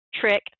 trick